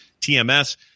TMS